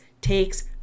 takes